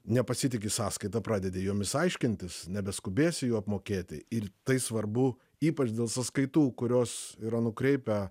nepasitiki sąskaita pradedi jomis aiškintis nebeskubėsiu jų apmokėti ir tai svarbu ypač dėl sąskaitų kurios yra nukreipę